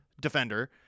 defender